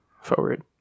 forward